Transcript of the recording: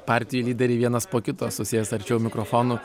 partijų lyderiai vienas po kito susės arčiau mikrofonų